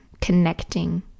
connecting